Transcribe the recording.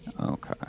Okay